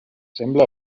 sembla